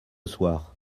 soir